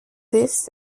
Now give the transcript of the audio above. des